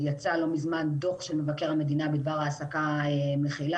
יצא לא מזמן דוח של מבקר המדינה בדבר העסקה מכילה,